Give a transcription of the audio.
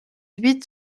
huit